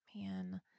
man